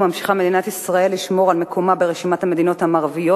ממשיכה מדינת ישראל לשמור על מקומה ברשימת המדינות המערביות